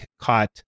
caught